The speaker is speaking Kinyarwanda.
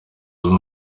zunze